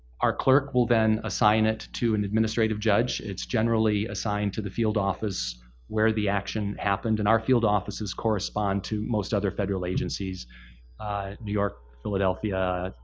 our clerk will then assign it to an administrative judge. it's generally assigned to the field office where the action happened, and our field offices correspond to most other federal agencies new york, philadelphia,